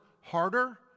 harder